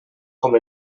com